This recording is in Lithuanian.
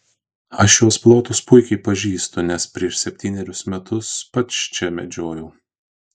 aš šiuos plotus puikiai pažįstu nes prieš septynerius metus pats čia medžiojau